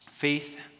Faith